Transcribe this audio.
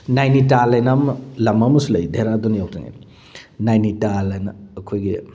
ꯅꯥꯏꯂꯤꯇꯥꯜ ꯍꯥꯏꯅ ꯂꯝ ꯑꯃꯁꯨ ꯂꯩ ꯙꯦꯔꯥꯗꯨꯟ ꯌꯧꯗ꯭ꯔꯤꯉꯩꯗ ꯅꯥꯏꯅꯤꯇꯥꯏꯜ ꯍꯥꯏꯅ ꯑꯩꯈꯣꯏꯒꯤ